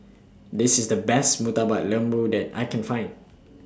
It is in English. This IS The Best Murtabak Lembu that I Can Find